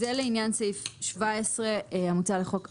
זה לעניין סעיף 17 המוצע לחוק ההסדרים.